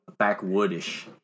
backwoodish